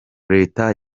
leta